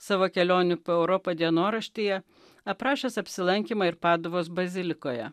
savo kelionių po europą dienoraštyje aprašęs apsilankymą ir paduvos bazilikoje